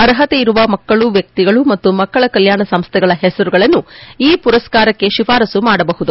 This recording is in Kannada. ಅರ್ಹತೆ ಇರುವ ಮಕ್ಕಳು ವ್ಯಕ್ತಿಗಳು ಮತ್ತು ಮಕ್ಕಳ ಕಲ್ಕಾಣ ಸಂಸ್ಥೆಗಳ ಹೆಸರುಗಳನ್ನು ಈ ಪುರಸ್ತಾರಕ್ಷೆ ಶಿಫಾರಸ್ತು ಮಾಡಬಹುದು